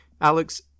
Alex